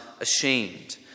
ashamed